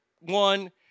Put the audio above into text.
one